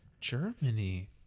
Germany